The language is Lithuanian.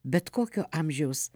bet kokio amžiaus